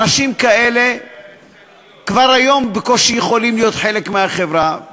אנשים כאלה כבר היום בקושי יכולים להיות חלק מהחברה,